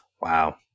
Wow